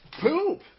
poop